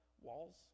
walls